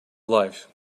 life